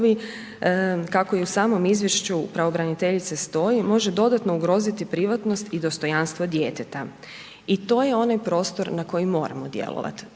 kako i u samom izvješću pravobraniteljice stoji, može dodatno ugroziti privatnost i dostojanstvo djeteta i to je onaj prostor na koji moramo djelovat,